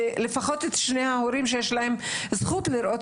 ולפחות את שני ההורים שיש להם זכות לראות